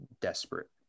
desperate